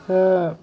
हो